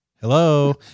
Hello